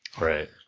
Right